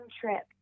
trip